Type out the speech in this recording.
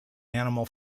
animal